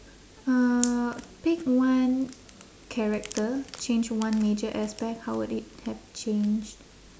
uh pick one character change one major aspect how would it have changed